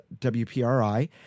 WPRI